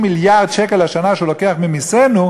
ב-50 מיליארד שקל לשנה שהוא לוקח ממסינו,